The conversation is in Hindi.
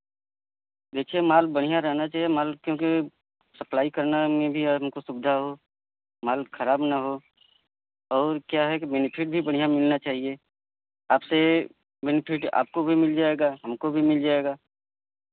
देखिए माल बढ़िया रहना चाहिए माल क्योंकि सप्लाई करना में भी हमको सुविधा हो माल खराब न हो और क्या है बेनिफिट भी बढ़िया मिलना चाहिए आपसे बेनिफिट आपको भी मिल जाएगा हमको भी मिल जाएगा